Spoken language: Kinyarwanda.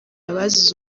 abazize